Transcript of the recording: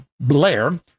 Blair